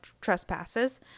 trespasses